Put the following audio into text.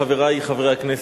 חברי חברי הכנסת,